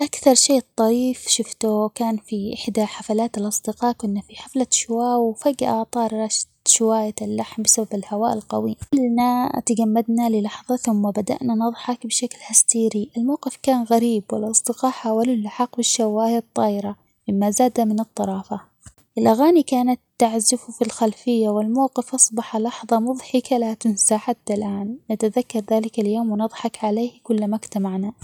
أكثر شيء طريف شفته كان في إحدى حفلات الأصدقاء ،كنا في حفله شواء وفجأة طار -رشوا- شواية اللحم بسبب الهواء القوي، كلنا تجمدنا للحظة ثم بدأنا نضحك بشكل هستيري الموقف كان غريب والأصدقاء حاولو اللحاق بالشواية الطايرة مما زاد من الطرافة، الأغاني كانت تعزف في الخلفية ،والموقف أصبح لحظة مضحكة لا تنسى ،حتى الآن نتذكر ذلك اليوم ونضحك عليه كل ما اجتمعنا.